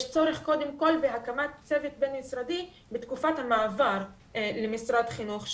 יש צורך קודם כל בהקמת צוות בין-משרדי בתקופת המעבר למשרד החינוך,